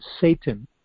Satan